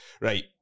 right